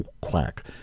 quack